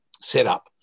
setup